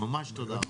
ממש, תודה רבה.